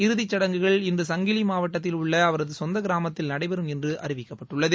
இறுதிச் சுடங்குகள் இன்று சங்கிலி மாவட்டத்தில் உள்ள அவரது சொந்த கிராமத்தில் நடைபெறம் என்று அறிவிக்கப்பட்டுள்ளது